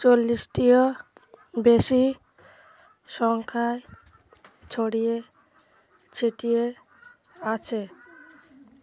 চল্লিশটি বেশি সংখ্যায় ছড়িয়ে ছিটিয়ে আছে